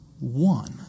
one